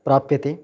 प्राप्यते